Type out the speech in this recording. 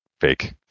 fake